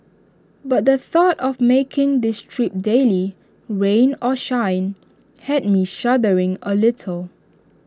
but the thought of making this trip daily rain or shine had me shuddering A little